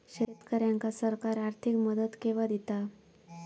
शेतकऱ्यांका सरकार आर्थिक मदत केवा दिता?